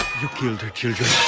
you killed her children.